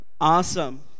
Awesome